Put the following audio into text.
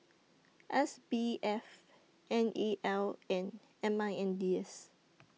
S B F N E L and M I N D S